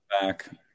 back